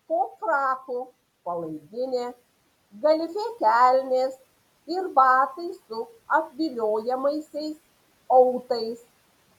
po fraku palaidinė galifė kelnės ir batai su apvyniojamaisiais autais